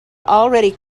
already